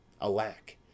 alack